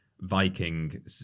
viking